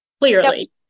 clearly